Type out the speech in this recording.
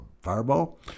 Fireball